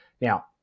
Now